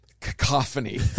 cacophony